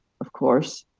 of course.